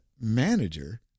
manager